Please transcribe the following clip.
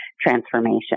transformation